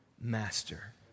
master